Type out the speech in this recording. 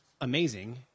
amazing